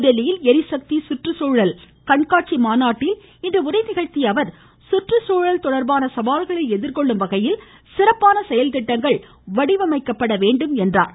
புதுதில்லியில் ளிசக்தி சுற்றுச்சூழல் கண்காட்சி மாநாட்டில் இன்று உரையாற்றிய அவர் சுற்றுச்சூழல் தொடர்பான சவால்களை எதிர்கொள்ளும் வகையில் சிறப்பான செயல்திட்டங்கள் வடிவமைக்கப்பட வேண்டும் என்றார்